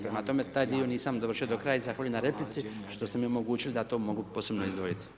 Prema tome taj dio nisam dovršio do kraja i zahvaljujem na replici što ste mi omogućili da to mogu posebno izdvojiti.